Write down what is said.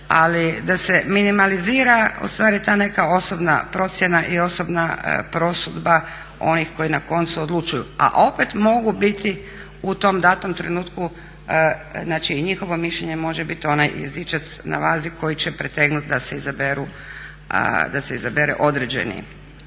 ali da se minimalizira ustvari ta neka osobna procjena i osobna prosudba onih koji na koncu odlučuju, a opet mogu biti u tom datom trenutku, znači i njihovo mišljenje može biti onaj jezičac na vazi koji će pretegnut da se izabere određeni